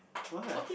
why